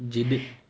jaded